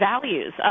values